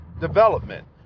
development